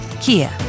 Kia